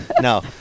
No